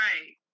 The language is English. Right